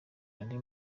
andi